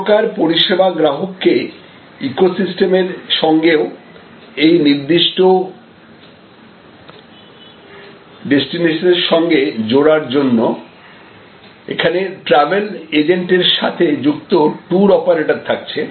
সব প্রকার পরিষেবা গ্রাহককে ইকোসিস্টেমের সঙ্গে ও এই নির্দিষ্ট ডেস্টিনেশন এর সঙ্গে জোড়ার জন্য এখানে ট্রাভেল এজেন্ট এর সাথে যুক্ত ট্যুর অপারেটর থাকছে